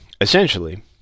Essentially